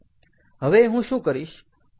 હવે હું શું કરીશ